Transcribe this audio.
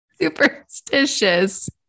Superstitious